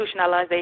institutionalization